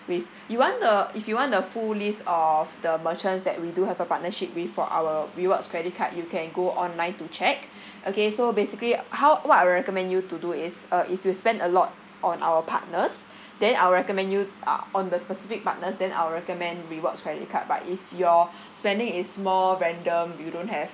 with you want the if you want the full list of the merchants that we do have a partnership with for our rewards credit card you can go online to check okay so basically how what I recommend you to do is uh if you spend a lot on our partners then I'll recommend you uh on the specific partners then I'll recommend rewards credit card but if your spending is more random you don't have